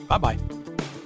Bye-bye